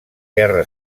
guerra